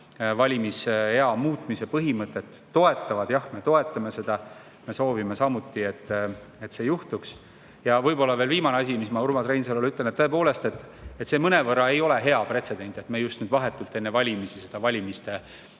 valimisea muutmise põhimõtet, toetavad. Jah, me toetame seda. Me soovime samuti, et see juhtuks. Ja võib-olla veel viimane asi, mis ma Urmas Reinsalule ütlen: tõepoolest, see mõnevõrra ei ole hea pretsedent, et me just vahetult enne valimisi seda valimiste